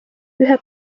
ühe